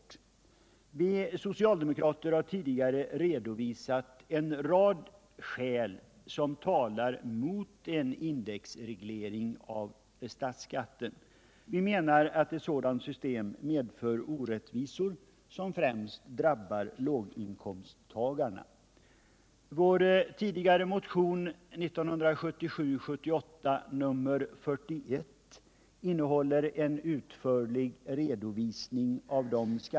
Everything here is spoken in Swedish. Vi socialdemokrater har tidigare redovisat en rad skäl som talar emot en indexreglering av statsskatten. Vi menar att ett sådant system medför orättvisor som främst drabbar låginkomsttagarna.